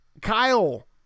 Kyle